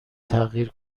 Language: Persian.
تغییر